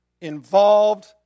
involved